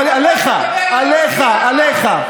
עליך, עליך, עליך.